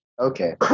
Okay